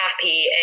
happy